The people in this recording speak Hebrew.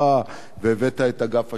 והבאת את אגף השיקום,